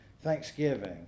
thanksgiving